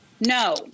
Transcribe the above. No